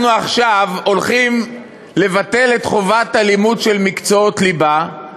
אנחנו עכשיו הולכים לבטל את חובת הלימוד של מקצועות הליבה,